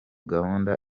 gahunda